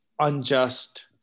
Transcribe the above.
unjust